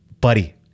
buddy